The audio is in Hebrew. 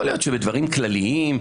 יכול להיות שבדברים כלליים,